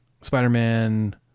Spider-Man